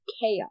chaos